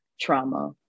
trauma